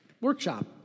workshop